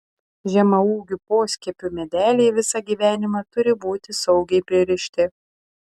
žemaūgių poskiepių medeliai visą gyvenimą turi būti saugiai pririšti